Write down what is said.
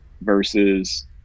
versus